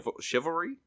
chivalry